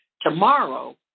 tomorrow